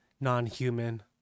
non-human